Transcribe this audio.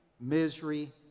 misery